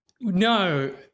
No